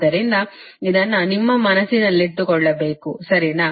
ಆದ್ದರಿಂದ ಇದನ್ನು ನಿಮ್ಮ ಮನಸ್ಸಿನಲ್ಲಿಟ್ಟುಕೊಳ್ಳಬೇಕು ಸರಿನಾ